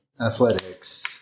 Athletics